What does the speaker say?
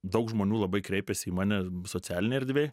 daug žmonių labai kreipėsi į mane socialinėj erdvėj